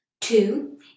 Two